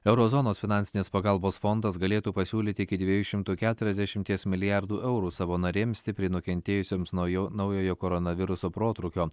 eurozonos finansinės pagalbos fondas galėtų pasiūlyti iki dviejų šimtų keturiasdešimties milijardų eurų savo narėms stipriai nukentėjusioms nuo jo naujojo koronaviruso protrūkio